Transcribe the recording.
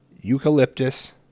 Eucalyptus